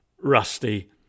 rusty